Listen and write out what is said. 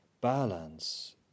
balance